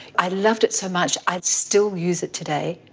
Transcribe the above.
i loved it so much i still use it today.